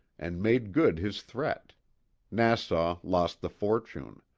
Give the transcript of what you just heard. and made good his threat nassau lost the fortune.